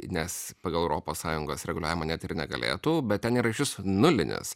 nes pagal europos sąjungos reguliavimą net ir negalėtų bet ten yra iš vis nulinis